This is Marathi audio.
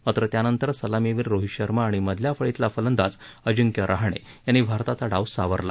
मात्र त्यानंतर सलामीवीर रोहीत शर्मा आणि मधल्या फळीतला फलंदाज अजिंक्य रहाणे यांनी भारताचा डाव सावरला